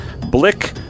Blick